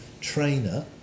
trainer